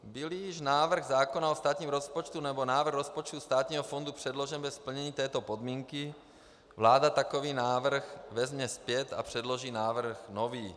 Bylli již návrh zákona o státním rozpočtu nebo návrh rozpočtu státního fondu předložen bez splnění této podmínky, vláda takový návrh vezme zpět a předloží návrh nový.